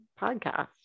podcast